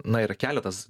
na yra keletas